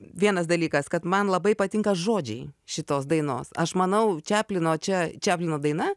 vienas dalykas kad man labai patinka žodžiai šitos dainos aš manau čiaplino čia čiaplino daina